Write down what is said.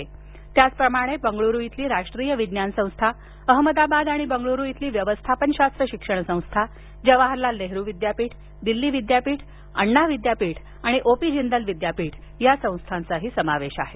तसच बंगळूरू इथली राष्ट्रीय विज्ञान संस्था अहमदाबाद आणि बंगळूरू इथली व्यवस्थापन शास्त्र शिक्षण संस्था जवाहरलाल नेहरू विद्यापीठ दिल्ली विद्यापीठ अण्णा विद्यापीठ आणि ओ पी जिंदाल विद्यापीठ या संस्थांचा समावेश आहे